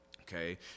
okay